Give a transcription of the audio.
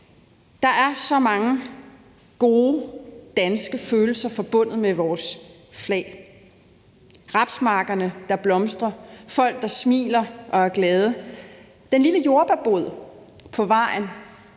Der er så mange gode danske følelser forbundet med vores flag: rapsmarkerne, der blomstrer; folk, der smiler og er glade; den lille jordbærbod på vejen,